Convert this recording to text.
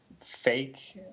fake